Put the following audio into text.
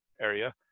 area